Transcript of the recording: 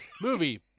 Movie